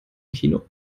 kino